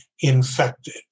infected